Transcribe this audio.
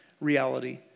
reality